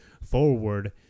forward